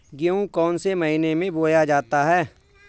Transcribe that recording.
गेहूँ कौन से महीने में बोया जाता है?